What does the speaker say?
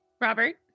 Robert